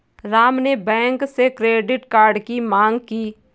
राम ने बैंक से credit card की माँग की